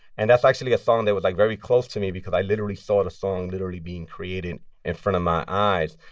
and that's actually a song that was like very close to me because i literally saw the song literally being created in front of my eyes.